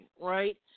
right